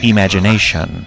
Imagination